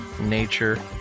Nature